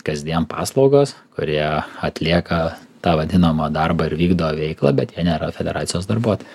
kasdien paslaugos kurie atlieka tą vadinamą darbą ir vykdo veiklą bet jie nėra federacijos darbuotojai